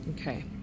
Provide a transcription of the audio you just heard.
Okay